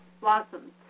blossoms